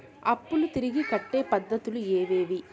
అప్పులు తిరిగి కట్టే పద్ధతులు ఏవేవి